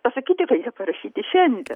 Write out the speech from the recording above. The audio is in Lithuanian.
pasakyti kad jie parašyti šiandien